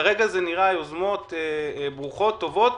כרגע אלו נראות יוזמות ברוכות, טובות,